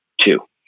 two